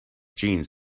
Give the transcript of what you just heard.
jeans